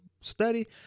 study